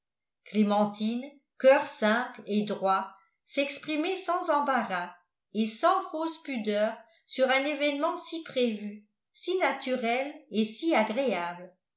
clémentine coeur simple et droit s'exprimait sans embarras et sans fausse pudeur sur un événement si prévu si naturel et si agréable